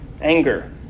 anger